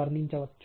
వర్ణించవచ్చు